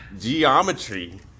geometry